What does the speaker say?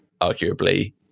arguably